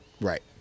Right